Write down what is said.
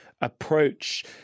approach